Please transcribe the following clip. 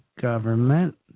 government